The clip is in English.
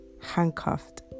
handcuffed